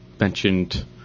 mentioned